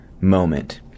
moment